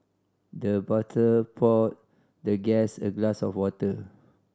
the butler poured the guest a glass of water